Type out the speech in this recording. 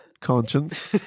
conscience